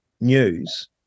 news